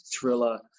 thriller